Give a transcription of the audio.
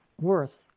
worth